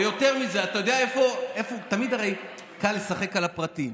ויותר מזה, תמיד הרי קל לשחק על הפרטים.